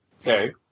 Okay